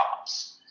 jobs